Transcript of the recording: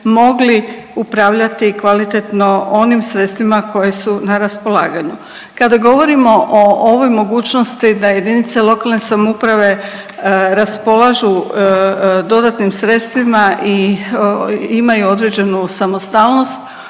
mogli upravljati kvalitetno onim sredstvima koji su na raspolaganju. Kada govorimo o ovoj mogućnosti da jedinice lokalne samouprave raspolažu dodatnim sredstvima i imaju određenu samostalnost,